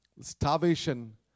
starvation